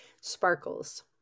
sparkles